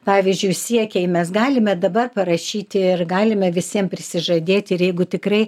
pavyzdžiui siekiai mes galime dabar parašyti ir galime visiem prisižadėti ir jeigu tikrai